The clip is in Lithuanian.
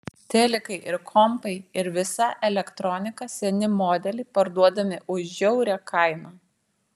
telikai ir kompai ir visa elektronika seni modeliai parduodami už žiaurią kainą